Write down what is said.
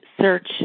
search